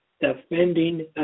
defending